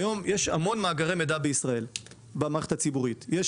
היום יש המון מאגרי מידע במערכת הציבורית בישראל.